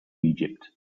egypt